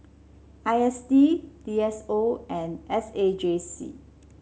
I S D D S O and S A J C